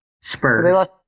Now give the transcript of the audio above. Spurs